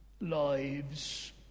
lives